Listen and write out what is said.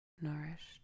nourished